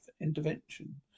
intervention